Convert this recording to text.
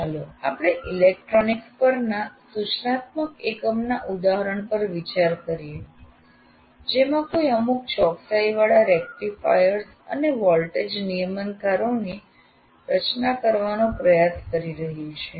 ચાલો આપણે ઇલેક્ટ્રોનિક્સ પરના સૂચનાત્મક એકમના ઉદાહરણ પર વિચાર કરીએ જેમાં કોઈ અમુક ચોકસાઇવાળા રેક્ટિફાયર્સ અને વોલ્ટેજ નિયમનકારોની રચના કરવાનો પ્રયાસ કરી રહ્યું છે